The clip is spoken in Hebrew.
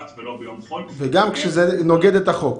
ולא ביום חול --- וגם כשזה נוגד את החוק.